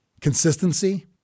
consistency